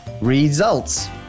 Results